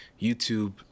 YouTube